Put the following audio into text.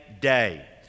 day